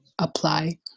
apply